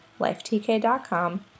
lifetk.com